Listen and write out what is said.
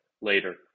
later